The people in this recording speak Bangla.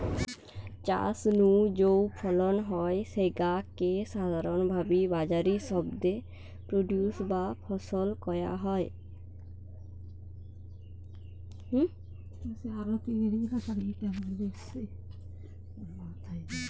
চাষ নু যৌ ফলন হয় স্যাগা কে সাধারণভাবি বাজারি শব্দে প্রোডিউস বা ফসল কয়া হয়